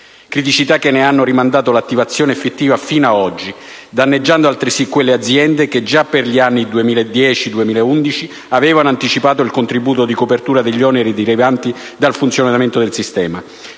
criticità che ne hanno rimandato l'attivazione effettiva fino ad oggi, danneggiando altresì quelle aziende che già per gli anni 2010-2011 avevano anticipato il contributo di copertura degli oneri derivanti dal funzionamento del sistema.